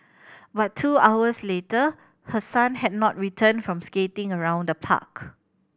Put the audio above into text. but two hours later her son had not returned from skating around the park